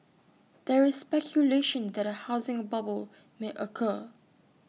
there is speculation that A housing bubble may occur